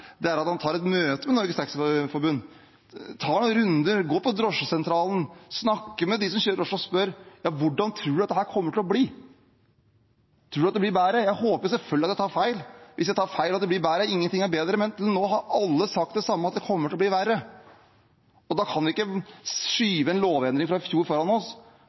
Hareide er at han tar et møte med Norges Taxiforbund, og at han tar en runde, går til drosjesentralen og snakker med dem som kjører drosje, og spør hvordan de tror at dette kommer til å bli, om de tror det blir bedre. Jeg håper selvfølgelig at jeg tar feil. Hvis jeg tar feil og det blir bedre, er ingenting bedre enn det, men nå har alle sagt det samme – at det kommer til å bli verre. Da kan vi ikke skyve en lovendring fra i fjor foran oss.